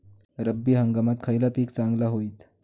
रब्बी हंगामाक खयला पीक चांगला होईत?